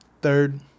Third